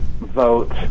vote